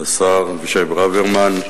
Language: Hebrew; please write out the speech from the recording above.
אדוני השר אבישי ברוורמן,